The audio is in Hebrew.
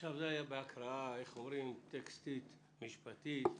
זה היה בהקראה טקסטית, משפטית,